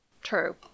true